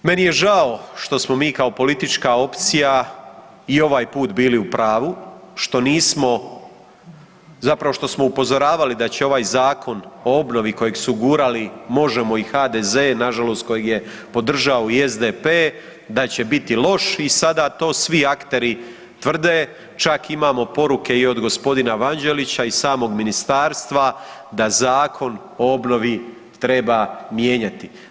Meni je žao što smo mi kao politička opcija i ovaj put bili u pravu što nismo, zapravo što smo upozoravali da će ovaj Zakon o obnovi kojeg su gurali Možemo! i HDZ, nažalost kojeg je podržao i SDP da će biti loš i sada to svi akteri tvrde, čak imamo poruke i od g. Vanđelića i samog ministarstva da Zakon o obnovi treba mijenjati.